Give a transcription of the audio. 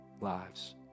lives